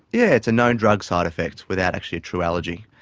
yeah it's known drug side-effects without actually a true allergy.